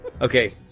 Okay